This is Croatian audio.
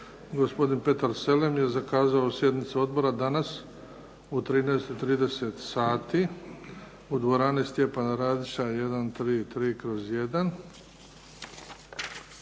gospodin Petar Selem je zakazao sjednicu danas u 13 i 30 sati u dvorani „Stjepana Radića“ 133/1.